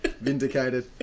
Vindicated